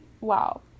Wow